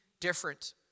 different